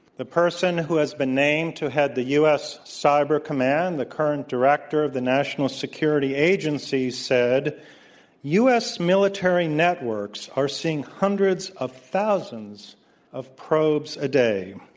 the person who has been named to head the u. s. cyber command, the current director director of the national security agency said u. s. military networks are seeing hundreds of thousands of probes a day.